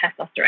testosterone